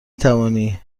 توانی